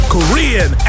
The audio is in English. Korean